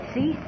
See